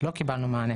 לא קיבלנו מענה